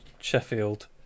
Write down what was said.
Sheffield